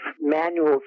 manual